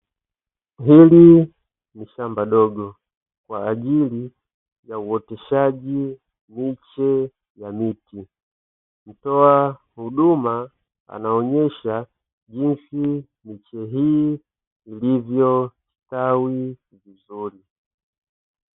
Hili ni shamba dogo kwa ajili ya uoteshaji miche ya miti, mtoa huduma anaonyesha jinsi miche hii ilivyostawi vizuri.